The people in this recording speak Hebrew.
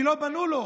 כי לא בנו לו,